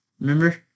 remember